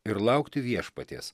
ir laukti viešpaties